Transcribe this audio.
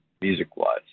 music-wise